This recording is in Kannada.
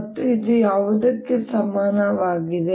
ಮತ್ತು ಇದು ಯಾವುದಕ್ಕೆ ಸಮಾನವಾಗಿದೆ